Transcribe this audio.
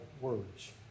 words